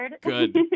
good